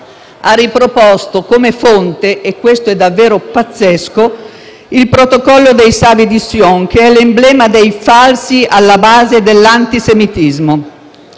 ha riproposto come fonte - e questo è davvero pazzesco - "Protocolli dei Savi di Sion", che è l'emblema dei falsi alla base dell'antisemitismo.